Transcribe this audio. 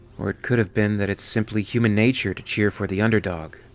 or it could have been that it's simply human nature to cheer for the underdog.